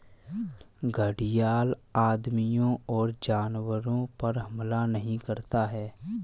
घड़ियाल आदमियों और जानवरों पर हमला नहीं करता है